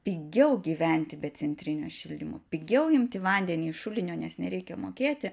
pigiau gyventi be centrinio šildymo pigiau imti vandenį iš šulinio nes nereikia mokėti